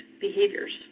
behaviors